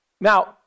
Now